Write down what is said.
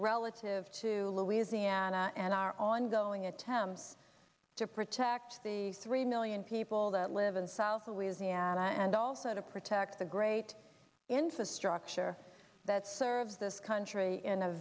relative to louisiana and our ongoing attempt to protect the three million people that live in south louisiana and also to protect the great infrastructure that serves this country in a